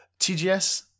tgs